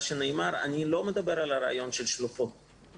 מדבר על רעיונות של שלוחות,